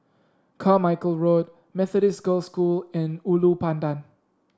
Carmichael Road Methodist Girls' School and Ulu Pandan